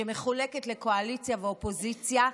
שמחולקות לקואליציה ואופוזיציה,